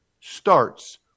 starts